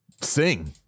sing